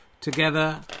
together